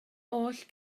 oll